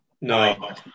No